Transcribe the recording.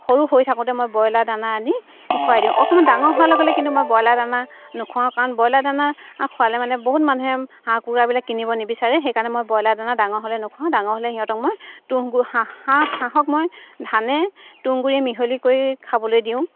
সৰু হৈ থাকোঁতে মই ব্ৰইলাৰ দানা আনি খুৱাই দিওঁ অকণমান ডাঙৰ হোৱাৰ লগে লগে কিন্তু মই ব্ৰইলাৰ দানা নুখুৱাওঁ কাৰণ ব্ৰইলাৰ দানা খুৱালে মানে বহুত মানুহে হাঁহ কুকুৰাবিলাক কিনিব নিবিচাৰে সেইকাৰণে মই ব্ৰইলাৰ দানা ডাঙৰ হ'লে নুখুৱাওঁ ডাঙৰ হ'লে সিহঁতক মই তুঁহ হাঁহ হাঁহ হাঁহক মই ধানে তুঁহগুৰিয়ে মিহলি কৰি খাবলৈ দিওঁ